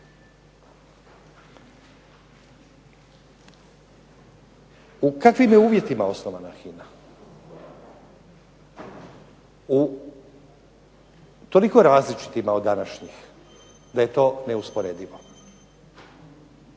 U kakvim je uvjetima osnovana HINA? U toliko različitima od današnjih da je to neusporedivo.